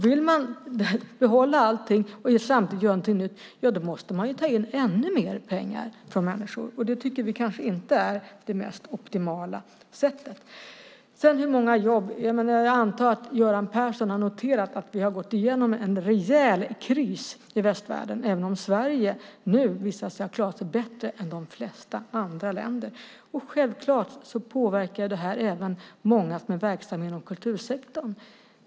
Vill man behålla allting och samtidigt göra någonting nytt måste man ta in ännu mer pengar från människor. Det tycker vi kanske inte är det mest optimala sättet. Göran Persson frågar om antalet jobb. Jag antar att Göran Persson har noterat att vi har gått igenom en rejäl kris i västvärlden, även om Sverige nu visar sig ha klarat den bättre än de flesta andra länder. Självklart påverkar detta även många som är verksamma inom kultursektorn.